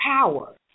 power